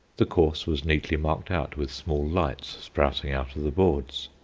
the course was neatly marked out with small lights sprouting out of the boards,